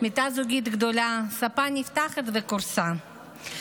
מיטה זוגית גדולה, ספה נפתחת וכורסה.